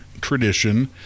tradition